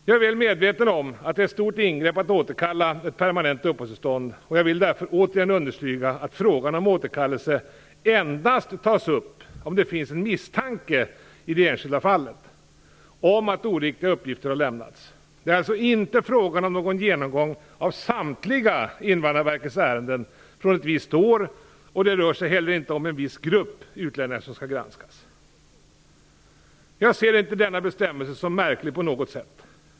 Jag är väl medveten om att det är ett stort ingrepp att återkalla ett permanent uppehållstillstånd, och jag vill därför återigen understryka att frågan om återkallelse endast tas upp om det i det enskilda fallet finns en misstanke om att oriktiga uppgifter lämnats. Det är alltså inte fråga om någon genomgång av samtliga Invandrarverkets ärenden från ett visst år, och det rör sig heller inte om att en viss grupp utlänningar granskas. Jag ser inte denna bestämmelse som märklig på något sätt.